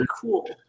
cool